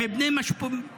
להם ולבני משפחותיהם,